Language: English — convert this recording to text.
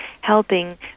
helping